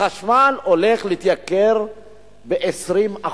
החשמל הולך להתייקר ב-20%.